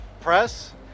press